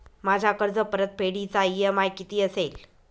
माझ्या कर्जपरतफेडीचा इ.एम.आय किती असेल?